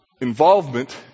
involvement